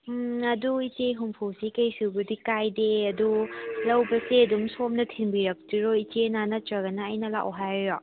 ꯎꯝ ꯑꯗꯨ ꯏꯆꯦ ꯍꯨꯝꯐꯨꯁꯤ ꯀꯩꯁꯨꯕꯨꯗꯤ ꯀꯥꯏꯗꯦ ꯑꯗꯨ ꯂꯧꯕꯁꯦ ꯑꯗꯨꯝ ꯁꯣꯝꯅ ꯊꯤꯟꯕꯤꯔꯛꯇꯣꯏꯔꯣ ꯏꯆꯦꯅ ꯅꯠꯇ꯭ꯔꯒꯅ ꯑꯩꯅ ꯂꯥꯛꯑꯣ ꯍꯥꯏꯔꯤꯔꯣ